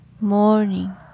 morning